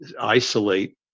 isolate